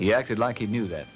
he acted like he knew that